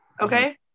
okay